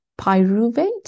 pyruvate